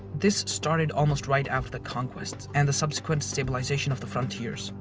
this started almost right after the conquests and the subsequence stabilization of the frontiers.